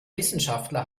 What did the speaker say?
wissenschaftler